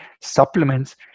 supplements